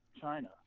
China